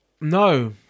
No